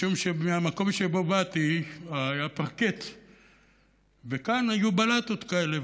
משום שמהמקום שממנו באתי היה פרקט וכאן היו בלטות כאלה,